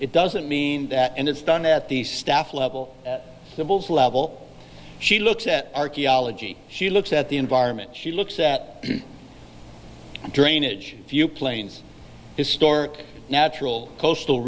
it doesn't mean that and it's done at the staff level symbols level she looks at archaeology she looks at the environment she looks at drainage few planes his store natural coastal